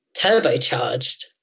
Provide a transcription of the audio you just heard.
turbocharged